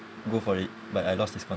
go for it but I lost his contact